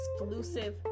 exclusive